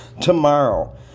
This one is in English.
Tomorrow